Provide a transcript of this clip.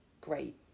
great